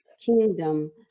kingdom